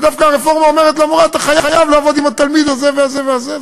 ודווקא הרפורמה אומרת למורה: אתה חייב לעבוד עם התלמיד הזה והזה והזה.